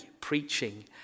preaching